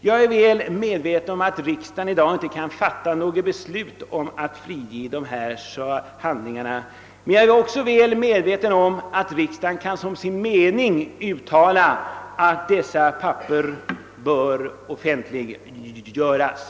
Jag är väl medveten om att riksdagen i dag inte kan fatta något beslut om att frige de aktuella handlingarna, men jag är också väl medveten om att riksdagen som sin mening kan uttala att dessa papper bör offentliggöras.